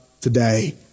today